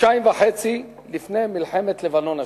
חודשיים וחצי לפני מלחמת לבנון השנייה.